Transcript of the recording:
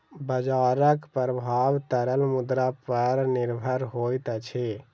बजारक प्रभाव तरल मुद्रा पर निर्भर होइत अछि